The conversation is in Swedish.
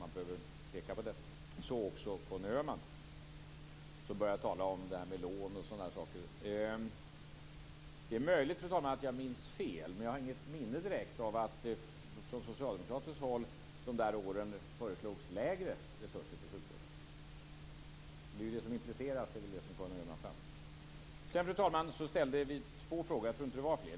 Det gäller också Conny Öhman som började att tala om lån och sådant. Jag ville bara peka på det. Fru talman! Det är möjligt att jag minns fel, men jag har inget minne av att man från socialdemokraterna under de borgerliga åren föreslog mindre resurser till sjukvården. Det är det som impliceras i det som Fru talman! Vi ställde två frågor.